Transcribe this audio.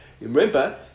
Remember